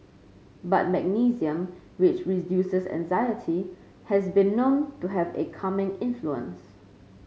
but magnesium which reduces anxiety has been known to have a calming influence